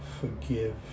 forgive